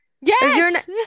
Yes